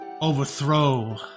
overthrow